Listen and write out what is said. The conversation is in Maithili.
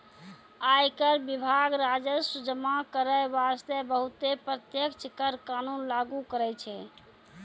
आयकर विभाग राजस्व जमा करै बासतें बहुते प्रत्यक्ष कर कानून लागु करै छै